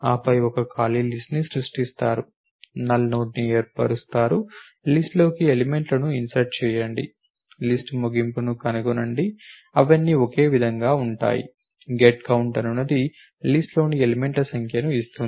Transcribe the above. ఆపై ఒక ఖాళీ లిస్ట్ ని సృష్టిస్తారు నల్ నోడ్ని ఏర్పరుస్తారు లిస్ట్ లోకి ఎలిమెంట్లను ఇన్సర్ట్ చేయండి లిస్ట్ ముగింపును కనుగొనండి అవన్నీ ఒకే విధంగా ఉంటాయి get count అనునది లిస్ట్ లోని ఎలిమెంట్ల సంఖ్యను ఇస్తుంది